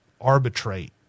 arbitrate